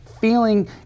feeling